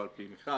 לא על פי מכרז,